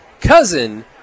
cousin